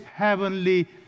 heavenly